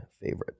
favorite